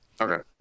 Okay